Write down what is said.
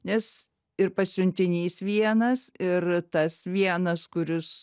nes ir pasiuntinys vienas ir tas vienas kuris